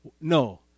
No